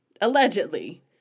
allegedly